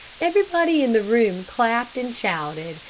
everybody in the room clapped and shouted,